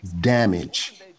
damage